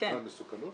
מסוכנות